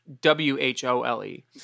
W-H-O-L-E